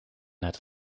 het